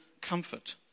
comfort